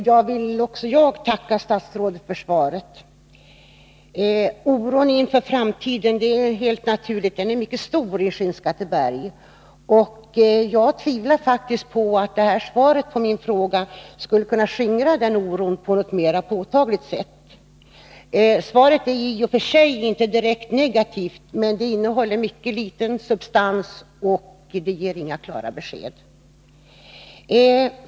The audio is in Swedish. Herr talman! Också jag vill tacka statsrådet för svaret. Oron inför framtiden är helt naturligt mycket stor i Skinnskatteberg. Jag tvivlar faktiskt på att svaret på min fråga skulle kunna skingra den oron på ett mera påtagligt sätt. Svaret är i och för sig inte direkt negativt, men det har mycket liten substans och ger inga klara besked.